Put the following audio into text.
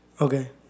Okay